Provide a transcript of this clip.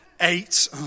eight